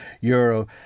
euro